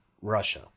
Russia